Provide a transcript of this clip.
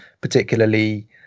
particularly